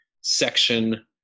section